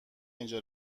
اینجا